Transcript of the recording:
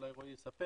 אולי רועי יספר,